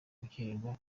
gukererwa